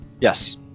Yes